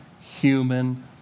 human